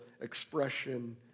expression